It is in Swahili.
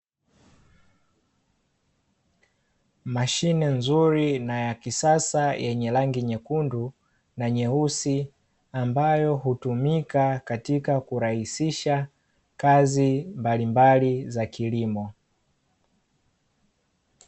Mashine nzuri na ya kisasa, yenye rangi nyekundu na nyeusi, ambayo hutumika katika kurahisisha kazi mbalimbali za kilimo.